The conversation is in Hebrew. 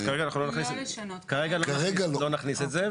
אז כרגע לא נכניס את הזה,